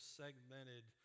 segmented